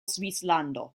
svislando